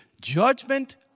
judgment